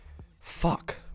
fuck